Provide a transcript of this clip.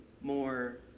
more